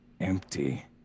empty